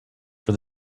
for